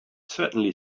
certainly